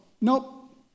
nope